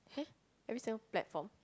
eh every single platform